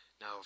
Now